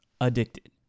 addicted